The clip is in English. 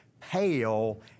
pale